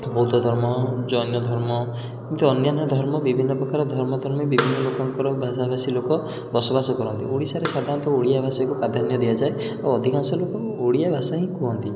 ବୌଦ୍ଧଧର୍ମ ଜୈନଧର୍ମ ଏମିତି ଅନ୍ୟାନ୍ୟ ଧର୍ମ ବିଭିନ୍ନପ୍ରକାର ଧର୍ମଧର୍ମୀ ବିଭିନ୍ନ ଲୋକଙ୍କର ଭାଷାବାସୀ ଲୋକ ବସବାସ କରନ୍ତି ଓଡ଼ିଶାରେ ସାଧାରଣତଃ ଓଡ଼ିଆ ଭାଷାକୁ ପ୍ରାଧାନ୍ୟ ଦିଆଯାଏ ଓ ଅଧିକାଂଶ ଲୋକ ଓଡ଼ିଆ ଭାଷା ହିଁ କୁହନ୍ତି